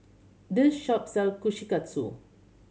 this shop sell Kushikatsu